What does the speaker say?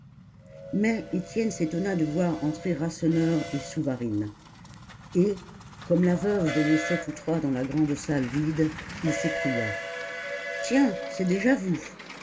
mais étienne s'étonna de voir entrer rasseneur et souvarine et comme la veuve les laissait tous trois dans la grande salle vide il s'écria tiens c'est déjà vous